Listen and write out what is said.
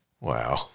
wow